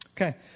Okay